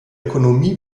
ökonomie